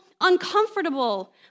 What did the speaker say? uncomfortable